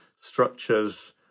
structures